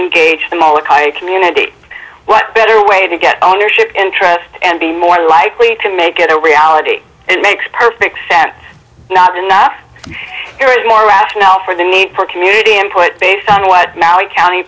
engage them all a high community what better way to get ownership interest and be more likely to make it a reality it makes perfect that not enough there is more rationale for the need for community input based on what now county